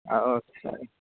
okay sir